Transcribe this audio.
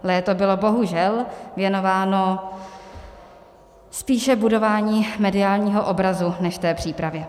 Léto bylo bohužel věnováno spíše budování mediálního obrazu než té přípravě.